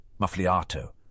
Muffliato